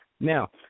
Now